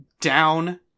down